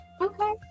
okay